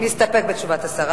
מסתפק בתשובת השר.